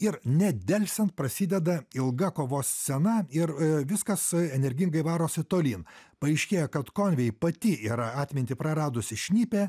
ir nedelsiant prasideda ilga kovos scena ir viskas energingai varosi tolyn paaiškėja kad konvei pati yra atmintį praradusi šnipė